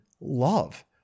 love